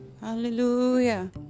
Hallelujah